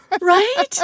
right